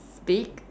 speak